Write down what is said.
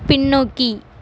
பின்னோக்கி